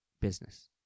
business